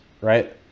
right